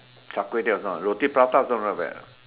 Char-kway-teow also roti prata also not bad ah